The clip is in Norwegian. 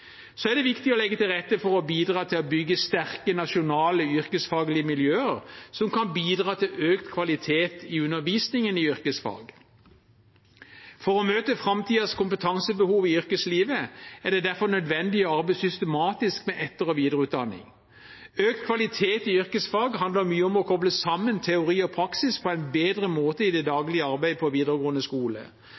Så er det viktig å legge til rette for å bidra til å bygge sterke nasjonale yrkesfaglige miljøer, noe som kan bidra til økt kvalitet i undervisningen i yrkesfag. For å møte framtidens kompetansebehov i yrkeslivet er det derfor nødvendig å arbeide systematisk med etter- og videreutdanning. Økt kvalitet i yrkesfag handler mye om å koble sammen teori og praksis på en bedre måte i det daglige arbeidet på videregående skole.